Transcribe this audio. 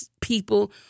people